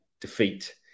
defeat